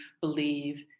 believe